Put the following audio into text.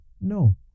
No